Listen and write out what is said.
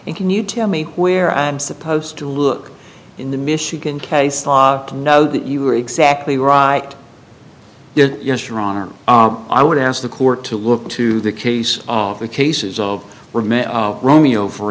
and can you tell me where i'm supposed to look in the michigan case law to know that you are exactly right yes your honor i would ask the court to look to the case of the cases of romeo for